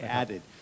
added